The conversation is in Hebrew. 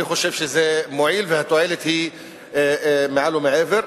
אני חושב שזה מועיל והתועלת היא מעל ומעבר.